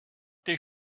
does